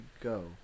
go